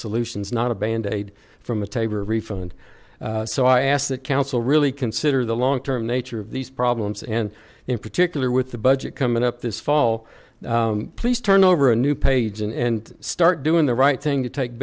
solutions not a band aid from a taber refund so i ask that council really consider the long term nature of these problems and in particular with the budget coming up this fall please turn over a new page and start doing the right thing to take